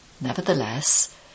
Nevertheless